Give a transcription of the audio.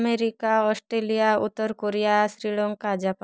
America Australia ଉତ୍ତର Korea Sri Lanka ଜାପା